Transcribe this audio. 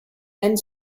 and